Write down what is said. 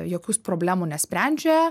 jokių problemų nesprendžia